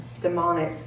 demonic